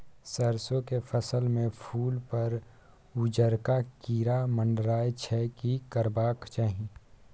सरसो के फसल में फूल पर उजरका कीरा मंडराय छै की करबाक चाही?